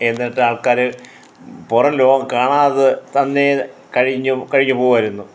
എന്നിട്ട് ആൾക്കാർ പുറം ലോകം കാണാതെ തന്നെ കഴിഞ്ഞു കഴിഞ്ഞു പോകുകയായിരുന്നു